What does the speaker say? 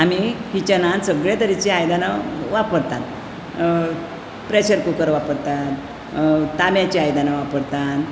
आमी किचनांत सगळे तरेची आयदनां वापरतात प्रेशर कुकर वापरतात तांब्याचीं आयदनां वापरतात